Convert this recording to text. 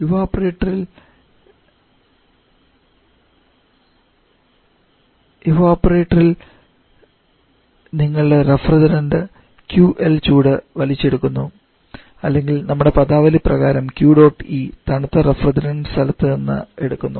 evaporator ൽ നിങ്ങളുടെ refrigerant QL ചൂട് വലിച്ചെടുക്കുന്നു അല്ലെങ്കിൽ നമ്മുടെ പദാവലി പ്രകാരം Q dot E തണുത്ത റഫ്രിജറേറ്റഡ് സ്ഥലത്ത് നിന്ന് എടുക്കുന്നു